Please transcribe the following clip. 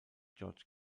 george